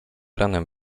ranem